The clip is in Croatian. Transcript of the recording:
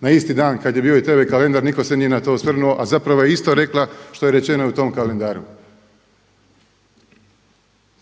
na isti dan kada je bio i tv kalendar. Nitko se nije na to osvrnuo, a zapravo je isto rekla što je rečeno u tom kalendaru.